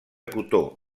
cotó